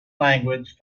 language